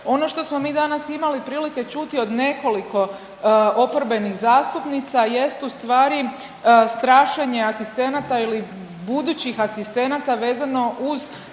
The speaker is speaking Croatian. Ono što smo mi danas imali prilike čuti od nekoliko oporbenih zastupnica jest u stvari strašenje asistenata ili budućih asistenata vezano uz